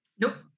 Nope